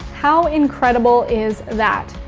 how incredible is that?